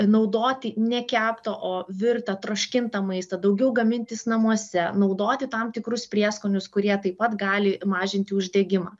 naudoti ne keptą o virtą troškintą maistą daugiau gamintis namuose naudoti tam tikrus prieskonius kurie taip pat gali mažinti uždegimą